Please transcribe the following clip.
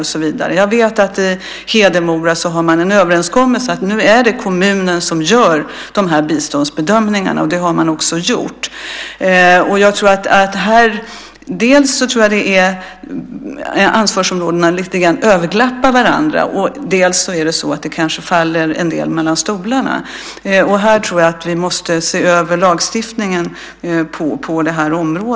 Jag vet att man i Hedemora har en överenskommelse. Nu är det kommunen som ska göra de här biståndsbedömningarna. Det har man också gjort. Dels tror jag att ansvarsområden överlappar varandra lite grann, dels kanske en del faller mellan stolarna. På det här området tror jag att vi måste se över lagstiftningen.